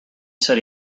said